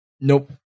Nope